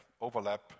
overlap